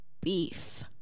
beef